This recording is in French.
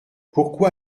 pourquoi